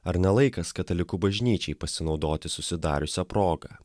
ar ne laikas katalikų bažnyčiai pasinaudoti susidariusia proga